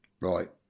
right